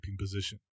position